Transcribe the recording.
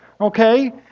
okay